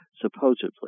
supposedly